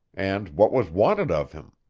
and what was wanted of him?